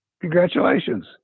Congratulations